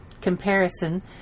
comparison